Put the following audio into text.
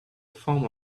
form